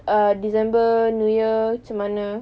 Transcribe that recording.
uh december new year macam mana